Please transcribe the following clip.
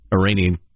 Iranian